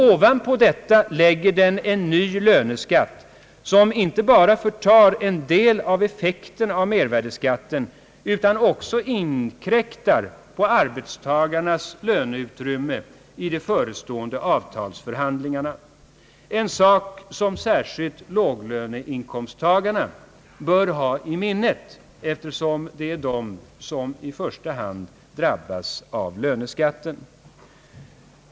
Ovanpå detta lägger den en ny löneskatt, som inte bara förtar en del av effekten av mervärdeskatten utan också inkräktar på arbetstagarnas löneutrymme i de förestående avtalsförhandlingarna, en sak som särskilt låglöneinkomsttagarna bör ha i minnet, eftersom det är de som i första hand drabbas av löneskatten.